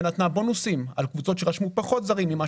ונתנה בונוסים על קבוצות שרשמו פחות זרים ממה